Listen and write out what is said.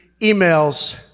emails